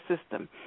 system